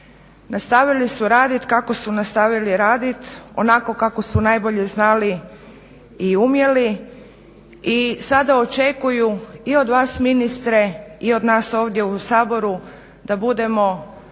nastavili su radit kako su nastavili radit onako kako su najbolje znali i umjeli. I sada očekuju i od vas ministre i od nas ovdje u Saboru da budemo